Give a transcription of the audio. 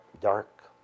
dark